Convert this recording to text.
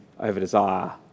overdesire